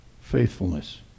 faithfulness